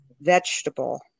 vegetable